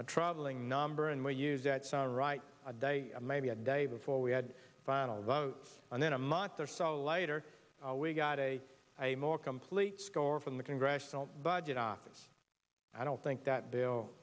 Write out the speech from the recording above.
bling number and we use that sound right a day maybe a day before we had final votes and then a month or so later we got a a more complete score from the congressional budget office i don't think that bill